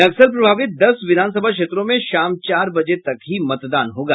नक्सल प्रभावित दस विधानसभा क्षेत्रों में शाम चार बजे तक ही मतदान होगा